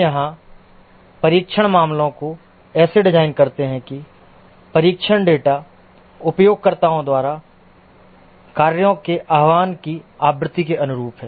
यहां हम परीक्षण मामलों को ऐसे डिज़ाइन करते हैं कि परीक्षण डेटा उपयोगकर्ताओं द्वारा कार्यों के आह्वान की आवृत्ति के अनुरूप है